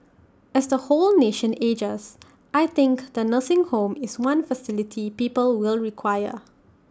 as the whole nation ages I think the nursing home is one facility people will require